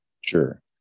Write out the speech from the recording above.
Sure